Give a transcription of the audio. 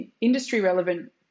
industry-relevant –